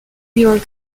york